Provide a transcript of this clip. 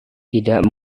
tidak